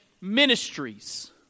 ministries